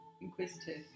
Inquisitive